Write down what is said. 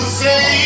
say